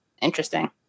interesting